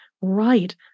right